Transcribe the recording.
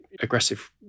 aggressive